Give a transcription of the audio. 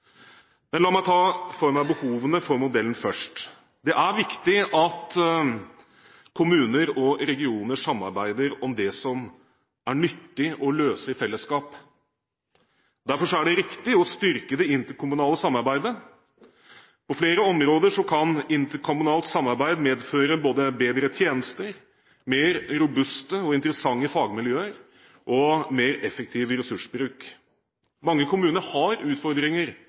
Men la meg ta for meg behovene for modellen først. Det er viktig at kommuner og regioner samarbeider om det som det er nyttig å løse i fellesskap. Derfor er det riktig å styrke det interkommunale samarbeidet. På flere områder kan interkommunalt samarbeid medføre både bedre tjenester, mer robuste og interessante fagmiljøer og mer effektiv ressursbruk. Mange kommuner har utfordringer